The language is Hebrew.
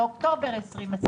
לאוקטובר 2020,